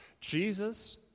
Jesus